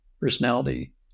personality